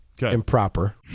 improper